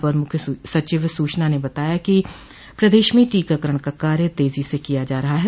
अपर मुख्य सचिव सूचना ने बताया कि प्रदेश में टीकाकरण का कार्य तजी से किया जा रहा है